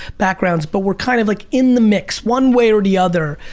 backgrounds, but were kind of like in the mix one way or the other.